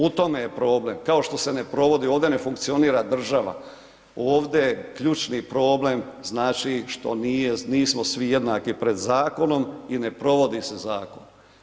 U tome je problem, kao što se ne provodi ovdje ne funkcionira država, ovdje je ključni problem znači što nismo svi jednaki pred zakonom i ne provodi se zakon.